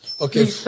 Okay